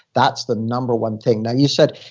that's the number one thing now, you said,